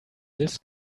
this